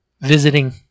visiting